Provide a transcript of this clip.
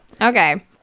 okay